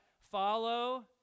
follow